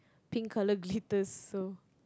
pink color glitter so